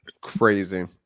Crazy